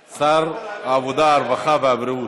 ישיב שר העבודה, הרווחה והבריאות.